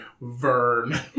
Vern